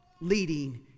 leading